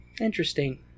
Interesting